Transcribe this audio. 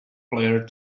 player